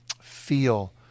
feel